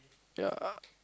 ya